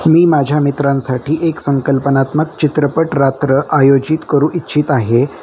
मी माझ्या मित्रांसाठी एक संकल्पनात्मक चित्रपट रात्र आयोजित करू इच्छित आहे